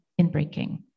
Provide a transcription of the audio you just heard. inbreaking